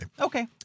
Okay